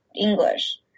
English